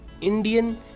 Indian